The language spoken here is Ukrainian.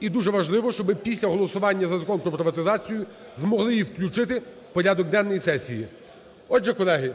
І дуже важливо, щоб після голосування за Закон про приватизацію змогли її включити в порядок денний сесії. Отже, колеги,